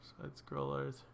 Side-scrollers